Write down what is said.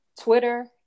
Twitter